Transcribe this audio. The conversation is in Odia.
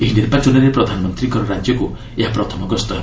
ଏହି ନିର୍ବାଚନରେ ପ୍ରଧାନମନ୍ତ୍ରୀଙ୍କର ରାଜ୍ୟକୁ ଏହା ପ୍ରଥମ ଗସ୍ତ ହେବ